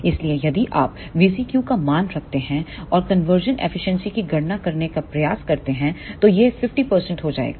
इसलिए यदि आप VCQ का मान रखते हैं और कन्वर्सेशन एफिशिएंसी की गणना करने का प्रयास करते हैं तो यह 50 हो जाएगा